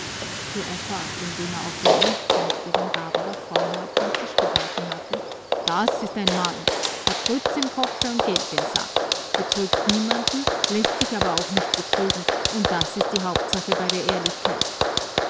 fuhr er fort indem er auf den brief zeigte den barbara vorher auf den tisch geworfen hatte das ist ein mann hat grütz im kopfe und geld im sack betrügt niemanden läßt sich aber auch nicht betrügen und das ist die hauptsache bei der ehrlichkeit